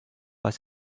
pas